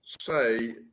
say